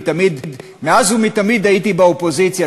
מאז ומתמיד הייתי באופוזיציה,